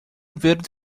verde